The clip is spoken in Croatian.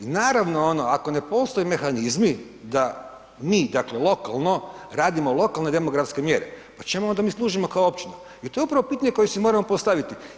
Naravno ono ako ne postoje mehanizmi da mi dakle lokalno radimo lokalne demografske mjere pa čemu mi onda služimo kao općina, jer to je upravo pitanje koje si moramo postaviti.